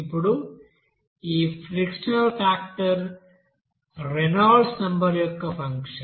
ఇప్పుడు ఈ frictional factor Reynolds number యొక్క ఫంక్షన్